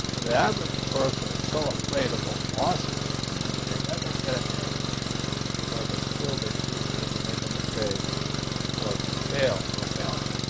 so the average person is so afraid of those losses they never get ahead because at school, they teach you if you make a mistake or if you fail, you're a failure.